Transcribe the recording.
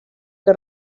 que